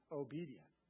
obedient